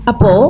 Apo